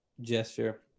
gesture